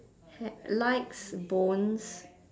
ha~ likes bones